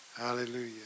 Hallelujah